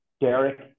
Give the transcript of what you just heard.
Derek